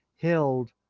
held